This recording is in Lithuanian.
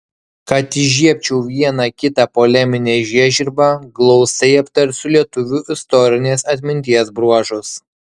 kad įžiebčiau vieną kitą poleminę žiežirbą glaustai aptarsiu lietuvių istorinės atminties bruožus